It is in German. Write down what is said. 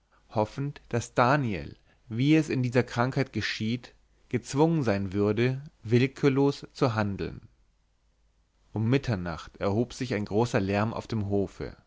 hoffend daß daniel wie es in dieser krankheit geschieht gezwungen werden würde willkürlos zu handeln um mitternacht erhob sich ein großer lärm auf dem hofe